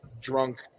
drunk